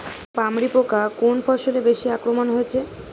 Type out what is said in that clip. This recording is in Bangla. পামরি পোকা কোন ফসলে বেশি আক্রমণ হয়েছে?